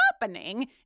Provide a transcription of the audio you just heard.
happening